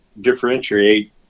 differentiate